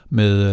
med